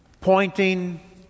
pointing